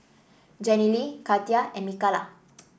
Jenilee Katia and Mikalah